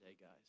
guys